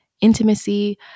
intimacy